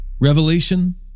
Revelation